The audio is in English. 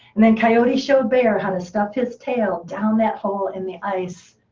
and then coyote showed bear how to stuff his tail down that hole in the ice.